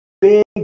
big